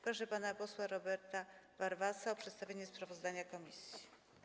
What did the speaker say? Proszę pana posła Roberta Warwasa o przedstawienie sprawozdania komisji.